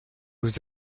vous